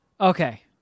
okay